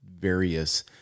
various